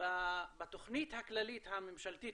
בתוכנית הכללית הממשלתית,